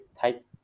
type